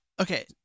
Okay